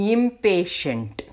Impatient